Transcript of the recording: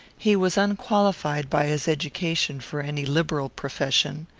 he was unqualified, by his education, for any liberal profession.